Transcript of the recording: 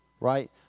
right